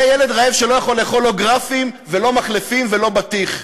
זה ילד רעב שלא יכול לאכול לא גרפים ולא מחלפים ולא בטיח.